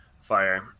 Fire